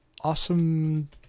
Awesome